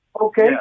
Okay